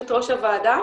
הוועדה.